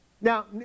Now